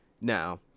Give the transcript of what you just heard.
now